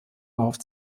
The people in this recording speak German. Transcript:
erhofft